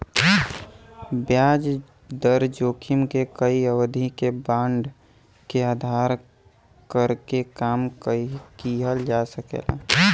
ब्याज दर जोखिम के कई अवधि के बांड के धारण करके कम किहल जा सकला